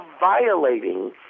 violating